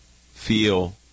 feel